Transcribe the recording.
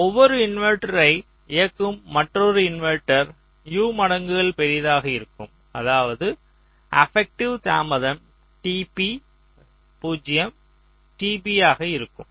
ஒவ்வொரு இன்வெர்ட்டரை இயக்கும் மற்றொரு இன்வெர்ட்டர் U மடங்குகள் பெரியதாக இருக்கும் அதாவது அபக்ட்டிவ் தாமதம் tp 0 tp ஆக இருக்கும்